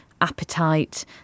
appetite